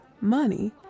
money